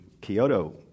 Kyoto